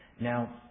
Now